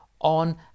on